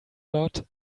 lot